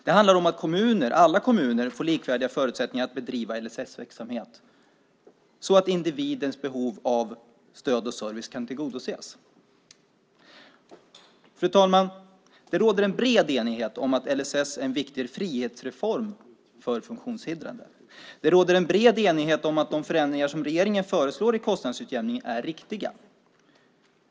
Det handlar om att alla kommuner får likvärdiga förutsättningar att bedriva LSS-verksamhet, så att individens behov av stöd och service kan tillgodoses. Fru talman! Det råder en bred enighet om att LSS är en viktig frihetsreform för funktionshindrade. Det råder en bred enighet om att de förändringar som regeringen föreslår i kostnadsutjämningen är riktiga.